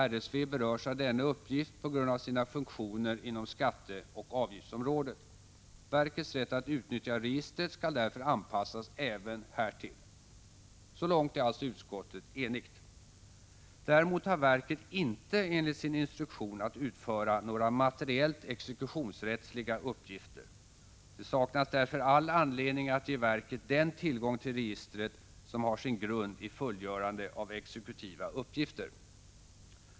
RSV berörs av denna uppgift på grund av sina funktioner inom skatteoch avgiftsområdet. Verkets rätt att utnyttja registret skall därför anpassas även härtill. Så långt är alltså utskottet enigt. Däremot har verket inte enligt sin instruktion att utföra några materiellt exekutionsrättsliga uppgifter. Det saknas därför all anledning att ge verket den tillgång till registret som har sin grund i fullgörande av exekutiva uppgifter.